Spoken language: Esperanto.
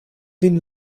vin